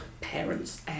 parents